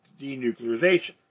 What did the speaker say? denuclearization